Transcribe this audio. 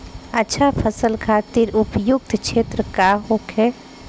अच्छा फसल खातिर उपयुक्त क्षेत्र का होखे?